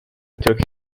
took